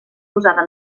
posada